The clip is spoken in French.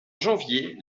janvier